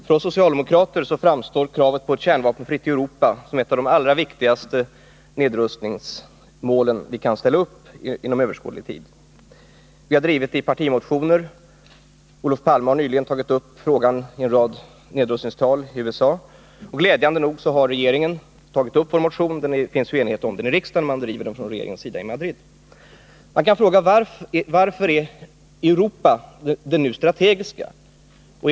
Herr talman! För oss socialdemokrater framstår ett kärnvapenfritt Europa som ett av de allra viktigaste nedrustningsmål som vi kan ställa upp inom överskådlig tid. Vi har drivit denna fråga i partimotioner. Olof Palme har nyligen tagit upp frågan i en rad nedrustningstal i USA. Och glädjande nog har regeringen tagit upp vår motion. Det finns ju enighet om den i riksdagen, och frågan drivs från regeringens sida i Madrid. Varför är Europa nu så strategiskt viktigt?